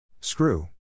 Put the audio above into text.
Screw